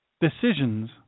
decisions